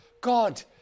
God